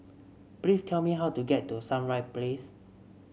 please tell me how to get to Sunrise Place